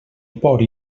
por